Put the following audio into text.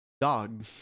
dog